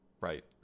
right